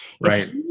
Right